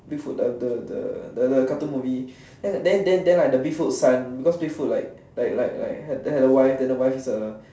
big foot the the the the cartoon movie than than than like the big foot son because big foot like like like like had a wife that the wife is a